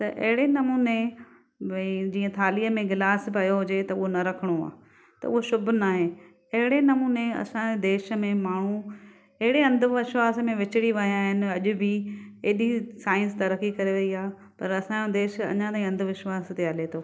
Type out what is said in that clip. त अहिड़े नमूने भाई जीअं थालीअ में गिलासु पियो हुजे त उहो न रखणो आहे त उहो शुभु न आहे अहिड़े नमूने असांजे देश में माण्हू अहिड़े अंधविश्वास में विचुणी विया आहिनि अॼु बि एॾी साइंस तरकी करे रही आहे पर असांजो देश अञां ताईं अंधविश्वास ते हले थो